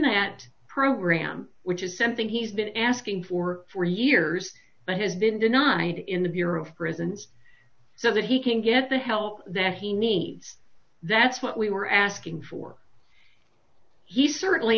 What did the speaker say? that program which is something he's been asking for for years but has been denied in the bureau of prisons so that he can get the help that he needs that's what we were asking for he certainly